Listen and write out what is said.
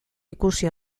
ikusi